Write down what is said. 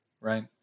right